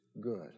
good